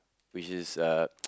which is uh